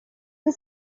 the